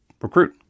recruit